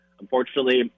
unfortunately